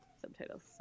subtitles